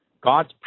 God's